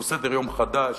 הוא סדר-יום חדש,